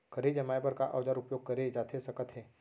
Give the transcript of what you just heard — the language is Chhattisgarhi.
खरही जमाए बर का औजार उपयोग करे जाथे सकत हे?